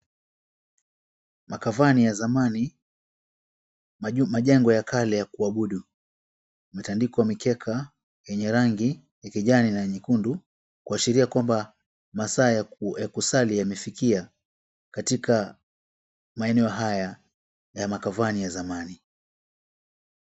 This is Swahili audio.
Makavani ya zamani, majengo ya kale ya kuabudu, mitandiko ya mikeka yenye rangi ya kijani na nyekundu kuashiria kwamba masaa ya kusali yamefikia katika maeneo haya ya makavani ya zamani.